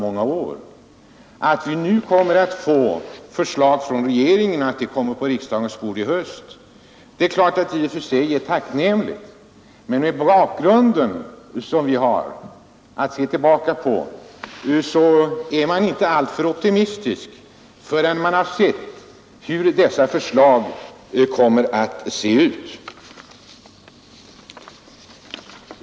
Det är i och för sig tacknämligt att vi från regeringen kommer att få förslag, som kommer att ligga på riksdagens bord i höst, men med den bakgrund vi har är jag inte alltför optimistisk förrän jag har sett hur dessa förslag kommer att se ut.